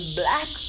black